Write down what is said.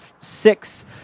six